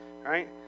right